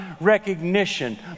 recognition